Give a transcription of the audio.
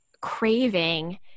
craving